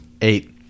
Eight